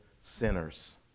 sinners